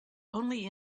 only